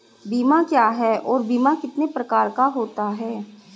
बीमा क्या है और बीमा कितने प्रकार का होता है?